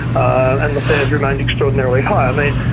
and the fares remained extraordinarily high. i mean,